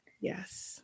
Yes